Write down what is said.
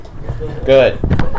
Good